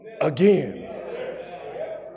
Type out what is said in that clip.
again